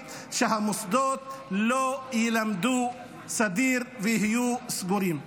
שבהם המוסדות לא ילמדו באופן סדיר ויהיו סגורים.